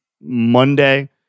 Monday